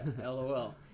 Lol